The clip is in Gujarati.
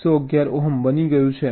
111 ઓહ્મ બની ગયું છે